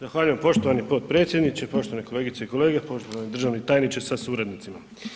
Zahvaljujem poštovani potpredsjedniče, poštovane kolegice i kolege, poštovani državni tajniče sa suradnicima.